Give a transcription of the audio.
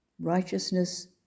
Righteousness